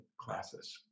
classes